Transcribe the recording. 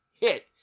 hit